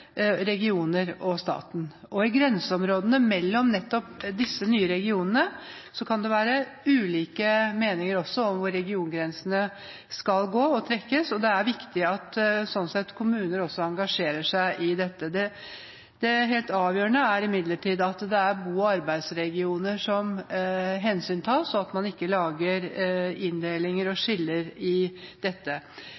regioner og staten. I grenseområdene mellom disse nye regionene kan det være ulike meninger om hvor regiongrensene skal trekkes, og det er sånn sett viktig at kommuner engasjerer seg i dette. Det helt avgjørende er imidlertid at det er bo- og arbeidsregioner som hensyntas, og at man ikke lager inndelinger og